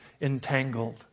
Entangled